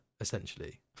essentially